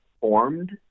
formed